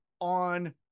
on